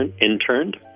interned